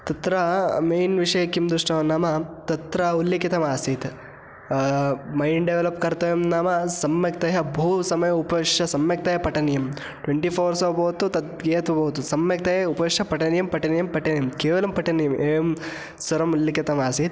तत्र मेन् विषये किं दृष्टवान् नाम तत्र उल्लिखितमासीत् मैण्ड् डेवलप् कर्तव्यं नाम सम्यक्तया बहु समयम् उपविश्य सम्यक्तया पठनीयं ट्वेण्टि फ़ोर्स् वा भवतु तत् ये तु भवतु सम्यक्तया उपविश्य पठनीयं पठनीयं पठनीयं केवलं पठनीयम् एवं सर्वम् उल्लिखितमासीत्